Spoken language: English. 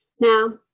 now